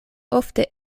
ofte